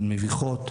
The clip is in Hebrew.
הן מביכות.